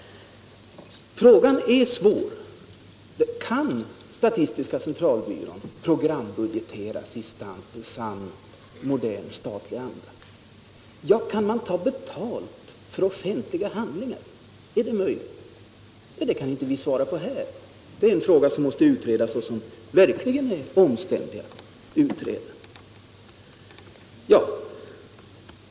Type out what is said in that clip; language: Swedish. Frågan är svår. Kan statistiska centralbyrån programbudgeteras i sann modern statlig anda? Kan man ta betalt för offentliga handlingar? Det kan vi inte svara på här. Det är saker som måste utredas och som verkligen är omständliga att utreda.